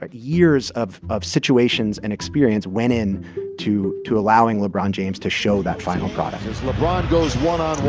but years of of situations and experience, went in to to allowing lebron james to show that final product as lebron goes one on